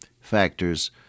factors